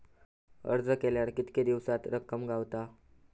अर्ज केल्यार कीतके दिवसात रक्कम गावता?